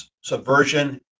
subversion